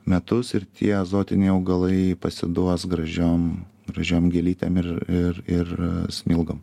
metus ir tie azotiniai augalai pasiduos gražiom gražiom gėlytėm ir ir ir smilgom